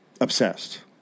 Obsessed